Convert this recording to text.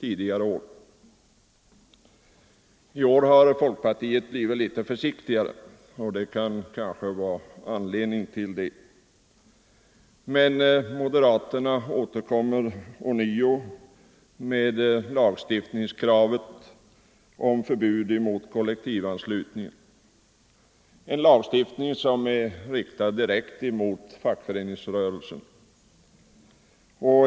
I år har folkpartiet blivit litet försiktigare, och det kan kanske finnas anledning till det. Men moderaterna återkommer ånyo med kravet på lagstiftning om förbud mot kollektivanslutning — en lagstiftning som är riktad direkt mot fackföreningsrörelsen.